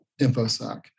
InfoSec